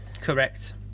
Correct